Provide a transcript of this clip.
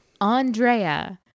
Andrea